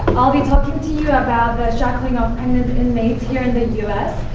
i'll be talking to you about the shackling of pregnant inmates here in the us.